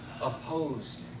opposed